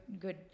good